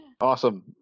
Awesome